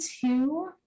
two